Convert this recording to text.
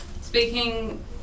speaking